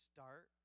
Start